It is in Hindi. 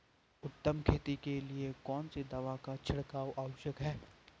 उत्तम खेती के लिए कौन सी दवा का छिड़काव आवश्यक है?